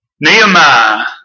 Nehemiah